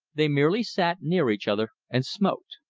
they merely sat near each other, and smoked.